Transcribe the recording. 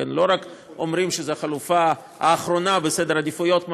הם לא רק אומרים שזו החלופה האחרונה בסדר העדיפויות,